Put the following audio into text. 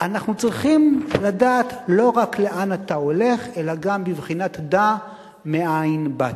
אנחנו צריכים לדעת לא רק "לאן אתה הולך" אלא גם בבחינת "דע מאין באת".